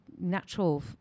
natural